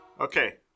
Okay